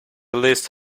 list